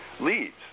leads